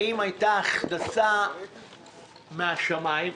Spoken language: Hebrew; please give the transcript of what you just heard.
האם הייתה הכנסה מהשמיים?